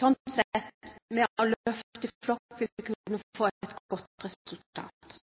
Sånn sett, ved å løfte i flokk, vil man kunne få et godt resultat.